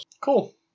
Cool